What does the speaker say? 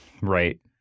Right